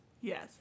Yes